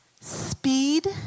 Speed